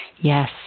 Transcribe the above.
Yes